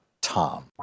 Tom